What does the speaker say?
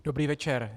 Dobrý večer.